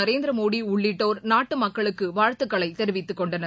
நரேந்திர மோடி உள்ளிட்டோர் நாட்டு மக்களுக்கு வாழ்த்துக்களை தெரிவித்துக் கொண்டனர்